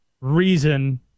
reason